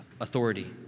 authority